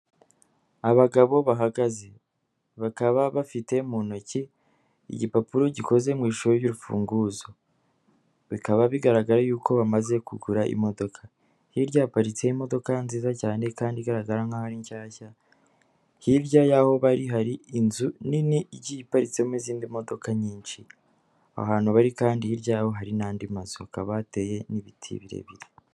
Abagabo bahagaze, bakaba bafite mu ntoki igipapuro gikoze mu ishusho y'urufunguzo, bikaba bigaragara yuko bamaze kugura imodoka, hirya haparitse imodoka nziza cyane kandi igaragara nk'aho ari nshyashya, hirya yaho bari, hari inzu nini igiye iparitsemo izindi modoka nyinshi, ahantu bari kandi hirya yaho hari n'andi mazu, hakaba hateye n'ibiti birebire.